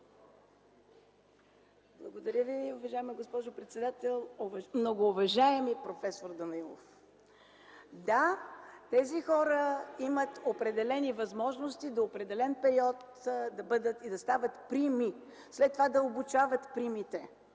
Благодаря Ви, уважаема госпожо председател. Многоуважаеми проф. Данаилов! Да, тези хора имат определени възможности до определен период да бъдат и да стават прими, след това да обучават примите.